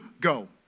go